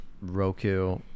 roku